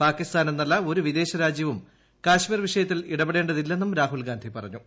പാകിസ്ഥാൻ എന്നല്ലി ഒരു ്വിദേശരാജ്യവും കശ്മീർ വിഷയത്തിൽ ഇടപെടേണ്ടതില്ലെന്നും രാഹുൽഗാന്ധി പറഞ്ഞു